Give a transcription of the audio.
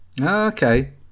Okay